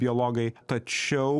biologai tačiau